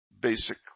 basic